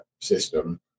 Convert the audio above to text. system